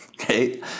Okay